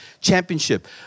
championship